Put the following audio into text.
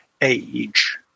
age